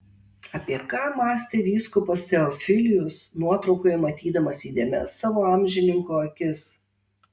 apie ką mąstė vyskupas teofilius nuotraukoje matydamas įdėmias savo amžininko akis